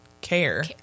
care